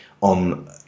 on